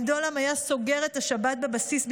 אנדועלם היה סוגר את השבת בבסיס במקומו.